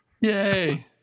Yay